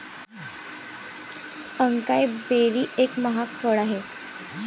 acai berry एक महाग फळ आहे